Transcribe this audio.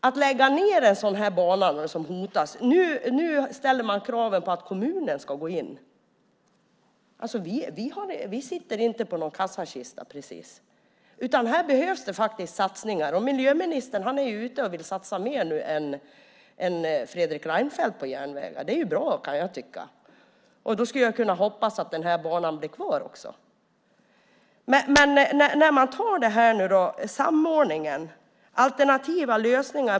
Nu ställs det krav på att kommunen ska gå in när det gäller den nedläggningshotade banan, och kommunen sitter inte på någon kassakista precis, utan här behövs det faktiskt satsningar. Miljöministern vill nu satsa mer på järnvägar än Fredrik Reinfeldt. Det är bra. Då skulle jag kunna hoppas att Västerdalsbanan får vara kvar. Näringsministern pratar om samordning och om alternativa lösningar.